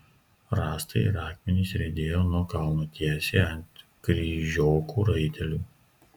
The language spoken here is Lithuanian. rąstai ir akmenys riedėjo nuo kalno tiesiai ant kryžiokų raitelių